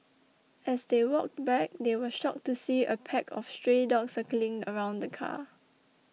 as they walked back they were shocked to see a pack of stray dogs circling around the car